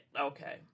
Okay